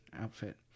outfit